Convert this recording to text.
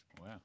Wow